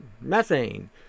methane